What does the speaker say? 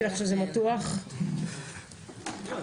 הצבעה